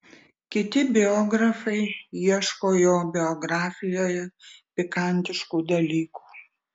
kiti biografai ieško jo biografijoje pikantiškų dalykų